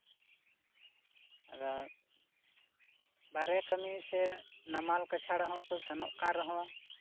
ᱟᱫᱚ ᱵᱟᱨᱦᱮ ᱠᱟ ᱢᱤ ᱥᱮ ᱱᱟᱢᱟᱞ ᱠᱟᱪᱷᱟᱲ ᱦᱚᱸᱠᱚ ᱥᱮᱱᱟᱜ ᱠᱟᱱ ᱨᱮᱦᱚᱸ